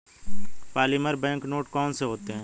polymer bank note कौन से होते हैं